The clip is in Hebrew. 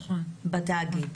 נכון.